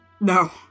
No